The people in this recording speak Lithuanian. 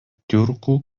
tiurkų